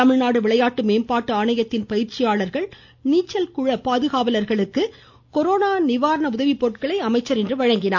தமிழ்நாடு விளையாட்டு மேம்பாட்டு ஆணையத்தின் பயிற்சியாளர்கள் நீச்சல் குள பாதுகாவலர்களுக்கு கொரோனா நிவாரண உதவிப்பொருட்களையும் அமைச்சர் இன்று வழங்கினார்